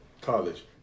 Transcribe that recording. College